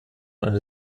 eine